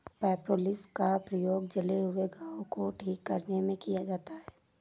propolis का प्रयोग जले हुए घाव को ठीक करने में किया जाता है